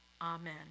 Amen